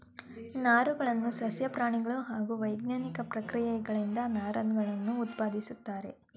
ನಾರುಗಳನ್ನು ಸಸ್ಯ ಪ್ರಾಣಿಗಳು ಹಾಗೂ ವೈಜ್ಞಾನಿಕ ಪ್ರಕ್ರಿಯೆಗಳಿಂದ ನಾರುಗಳನ್ನು ಉತ್ಪಾದಿಸುತ್ತಾರೆ